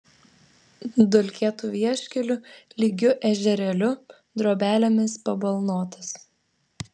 dulkėtu vieškeliu lygiu ežerėliu drobelėmis pabalnotas